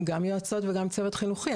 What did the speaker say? גם יועצות וגם צוות חינוכי.